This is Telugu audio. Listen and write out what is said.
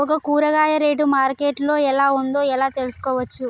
ఒక కూరగాయ రేటు మార్కెట్ లో ఎలా ఉందో ఎలా తెలుసుకోవచ్చు?